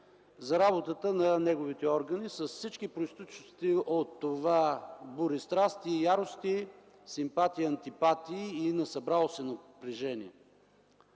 за работата на неговите органи с всички произтичащи от това бури, страсти, ярости, симпатии, антипатии и насъбрало се напрежение.